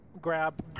grab